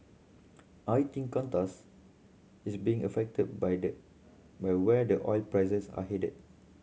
I think Qantas is being affected by the where where the oil prices are headed